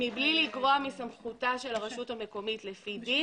"מבלי לגרוע מסמכותה של הרשות המקומית לפי דין",